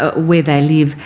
ah where they live,